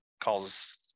calls